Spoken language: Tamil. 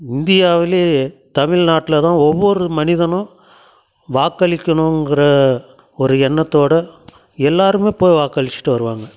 இந்தியாவில் தமிழ்நாட்டில் தான் ஒவ்வொரு மனிதனும் வாக்களிக்கணுங்கிற ஒரு எண்ணத்தோட எல்லாருமே போய் வாக்களிச்சிட்டு வருவாங்கள்